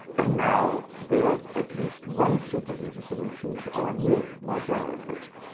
and now there's at least one super easy solution to our new more general equation.